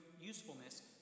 usefulness